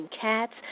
Cats